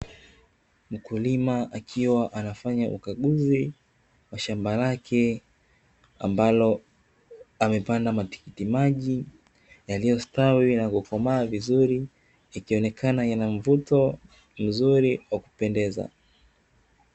Mkulima akiwa anafanya ukaguzi wa shamba lake ambalo amepanda matikiti maji ,yaliyostawi na kukomaa vizuri ikionekana yanamvuto mzuri wa kupendeza.